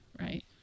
right